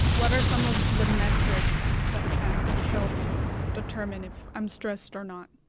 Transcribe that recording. what are some of the metrics that can help determine if i'm stressed or not?